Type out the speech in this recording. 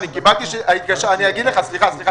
הבאתי את זה כדוגמה.